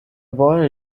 boy